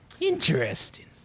Interesting